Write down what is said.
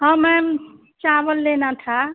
हाँ मैम चावल लेना था